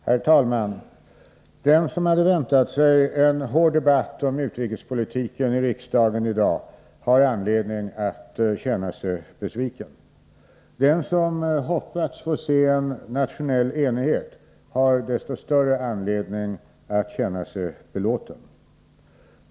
Herr talman! Den som hade väntat sig en hård debatt om utrikespolitiken i riksdagen i dag har anledning att känna sig besviken. Den som hoppats få se en nationell enighet har desto större anledning att känna sig belåten.